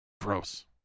Gross